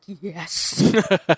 yes